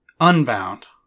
Unbound